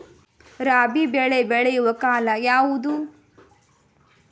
ರಾಬಿ ಬೆಳೆ ಬೆಳೆಯುವ ಕಾಲ ಯಾವುದು?